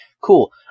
cool